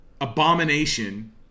abomination